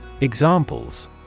Examples